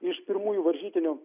iš pirmųjų varžytinių